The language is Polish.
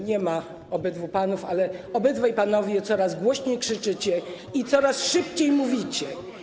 Nie ma obydwu panów, ale obydwaj panowie coraz głośniej krzyczycie i coraz szybciej mówicie.